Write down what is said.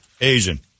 Asian